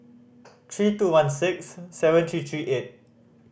three two one six seven three three eight